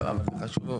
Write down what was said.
תשעה מיליארד שקל תוספת.